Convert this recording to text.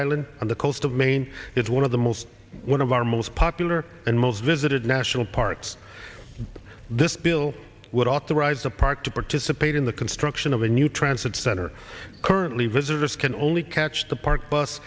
island on the coast of maine it's one of the most one of our most popular and most visited national parks this bill would authorize the park to participate in the construction of a new transit center currently visitors can only catch the park bus